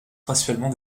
principalement